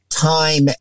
Time